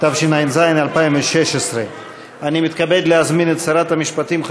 אגב, ובמגרש הזה גם עמדתכם היא